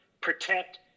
protect